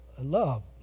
love